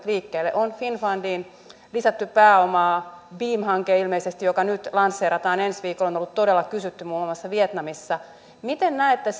liikkeelle finnfundiin on lisätty pääomaa beam hanke ilmeisesti joka nyt lanseerataan ensi viikolla on ollut todella kysytty muun muassa vietnamissa miten näette